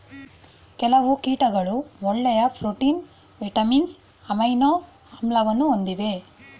ಕೆಲವು ಕೀಟಗಳು ಒಳ್ಳೆಯ ಪ್ರೋಟೀನ್, ವಿಟಮಿನ್ಸ್, ಅಮೈನೊ ಆಮ್ಲವನ್ನು ಹೊಂದಿವೆ